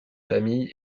famille